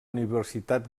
universitat